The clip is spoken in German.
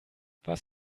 was